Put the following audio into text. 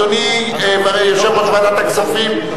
אדוני יושב-ראש ועדת הכספים,